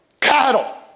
cattle